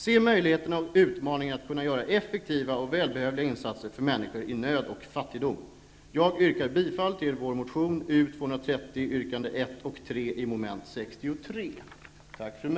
Se möjligheterna och utmaningen i att kunna göra effektiva och välbehövliga insatser för människor i nöd och fattigdom!